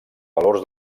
valors